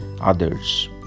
others